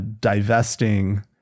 divesting